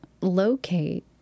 locate